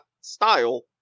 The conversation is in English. style